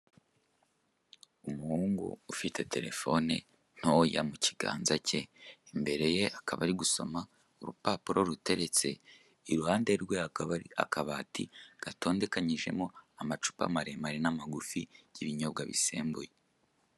Umuhungu ufite telefone ntoya mu kiganza cye, imbere ye akaba ari gusoma urupapuro ruteretse, iruhande rwe hakaba hari akabati gatondekanyijemo amacupa maremare n'amagufi y'ibinyobwa bisembuye.